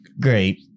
Great